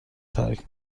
ترک